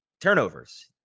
turnovers